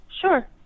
Sure